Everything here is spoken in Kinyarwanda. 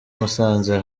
musanze